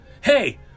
Hey